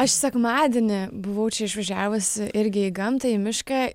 aš sekmadienį buvau išvažiavusi irgi į gamtą į mišką